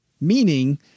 meaning